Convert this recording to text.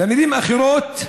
במילים אחרות,